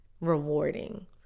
rewarding